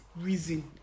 reason